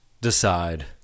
decide